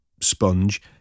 sponge